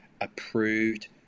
approved